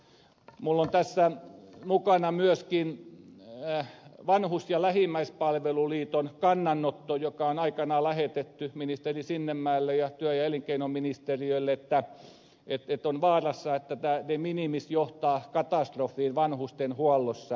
minulla on tässä mukana myöskin vanhus ja lähimmäispalvelun liiton kannanotto joka on aikanaan lähetetty ministeri sinnemäelle ja työ ja elinkeinoministeriölle että on vaarassa että de minimis johtaa katastrofiin vanhustenhuollossa